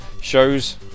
shows